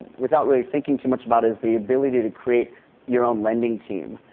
without really thinking too much about is the ability to create your own lending team,